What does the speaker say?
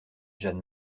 jeanne